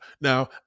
Now